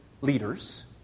leaders